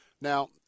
Now